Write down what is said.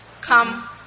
come